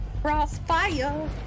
crossfire